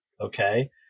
okay